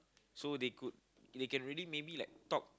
so they could they can really maybe like talk